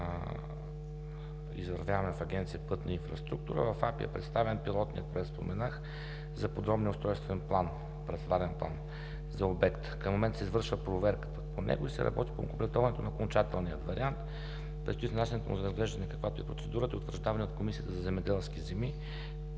извървяваме в Агенция „Пътна инфраструктура“. В АПИ е представен пилотният проект, споменах за подробния устройствен парцеларен план за обекта. Към момента се извършва проверка по него и се работи по окомплектоването на окончателния вариант. Предстои внасянето му за разглеждане, каквато е процедурата, и утвърждаване от Комисията за земеделски земи,